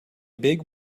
big